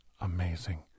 amazing